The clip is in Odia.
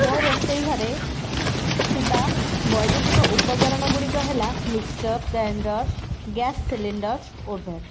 ମୋ ରୋଷେଇ ଘରେ ଥିବା ବୈଦ୍ୟୁତିକ ଉପକରଣଗୁଡ଼ିକ ହେଲା mixture grinder gas cylinder oven